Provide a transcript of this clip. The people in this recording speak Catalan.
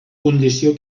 condició